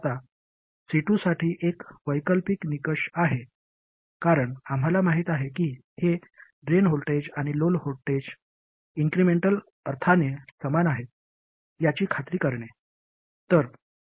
आता C2 साठी एक वैकल्पिक निकष आहे कारण आम्हाला माहित आहे की हे ड्रेन व्होल्टेज आणि लोड व्होल्टेज इन्क्रिमेंटल अर्थाने समान आहेत याची खात्री करणे